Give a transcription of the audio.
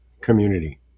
community